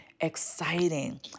exciting